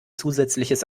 zusätzliches